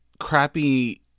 Crappy